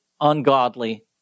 ungodly